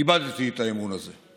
איבדתי את האמון הזה,